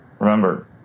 Remember